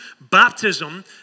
baptism